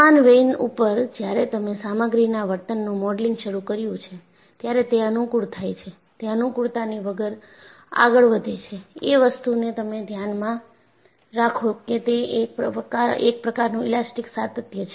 સમાન વેઇન ઉપર જ્યારે તમે સામગ્રીના વર્તનનું મોડેલિંગ શરૂ કર્યું છે ત્યારે તે અનુકૂળ થાય છે તે અનુકૂળતાની વગર આગળ વધે છે એ વસ્તુને તમે ધ્યાનમાં રાખો કે તે એક પ્રકાર નું ઈલાસ્ટીક સાતત્ય છે